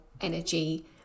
energy